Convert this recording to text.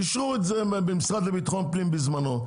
אישרו את זה במשרד לביטחון פנים בזמנו,